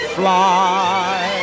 fly